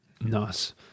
Nice